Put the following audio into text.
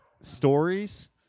stories